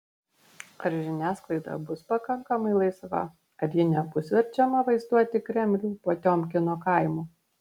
ar žiniasklaida bus pakankamai laisva ar ji nebus verčiama vaizduoti kremlių potiomkino kaimu